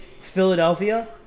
Philadelphia